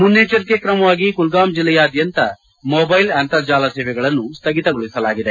ಮುನ್ನೆಚ್ಚರಿಕೆ ಕ್ರಮವಾಗಿ ಕಲ್ಲಾಮ್ ಜಿಲ್ಲೆಯಾದ್ಯಂತ ಮೊಬ್ವೆಲ್ ಅಂತರ್ಜಾಲ ಸೇವೆಗಳನ್ನು ಸ್ಥಗಿತಗೊಳಿಸಲಾಗಿದೆ